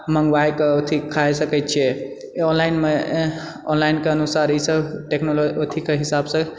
मङ्गबाए कऽ अथी खाए सकैत छिऐ ऑनलाइनमे ऑनलाइनके अनुसार ई सँ टेक्नो अथीके हिसाबसँ